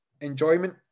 enjoyment